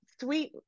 sweet